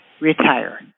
Retire